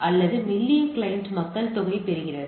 அல்லது மெல்லிய கிளையண்ட் மக்கள் தொகை பெறுகிறது